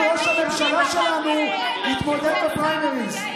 גם ראש הממשלה שלנו התמודד בפריימריז.